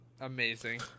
Amazing